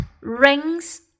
rings